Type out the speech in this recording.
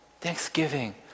Thanksgiving